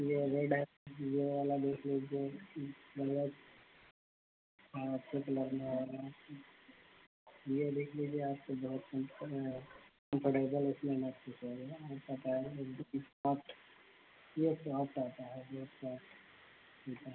यह रेड है यह वाला देखिए यह मतलब हाँ अच्छे कलर में आएगा यह देखिए यह आपके बहुत सही कम्फर्टेबल इसमें रहेगा सॉफ्ट यह सॉफ्ट आता है यह सॉफ्ट आता है